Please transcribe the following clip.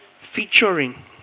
featuring